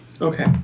Okay